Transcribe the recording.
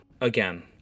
Again